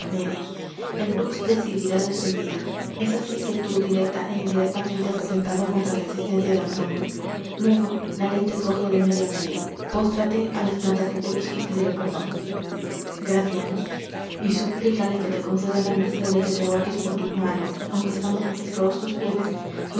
el dux decidirá de su vida es así que tú directa é indirectamente has atentado contra la existencia de antonio luego la ley te coge de medio á medio póstrate á las plantas del dux y pídele perdon graciano y suplícale que te conceda la merced de que te ahorques por tu mano aunque estando confiscados tus bienes